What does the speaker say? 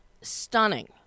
stunning